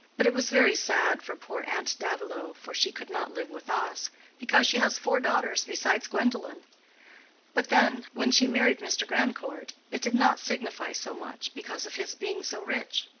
but it was very sad for poor aunt davilow, for she could not live with us, because she has four daughters besides gwendolen but then, when she married mr. grandcourt, it did not signify so much, because of his being so rich.